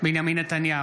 בעד מטי צרפתי הרכבי,